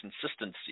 consistency